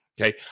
okay